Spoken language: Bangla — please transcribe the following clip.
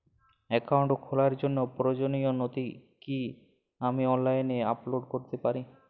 অ্যাকাউন্ট খোলার জন্য প্রয়োজনীয় নথি কি আমি অনলাইনে আপলোড করতে পারি?